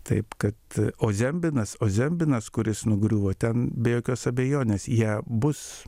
taip kad o zembinas o zembinas kuris nugriuvo ten be jokios abejonės ją bus